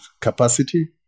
capacity